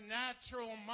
natural